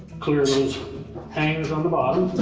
clear those hangers on the bottom.